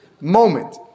moment